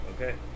okay